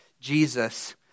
Jesus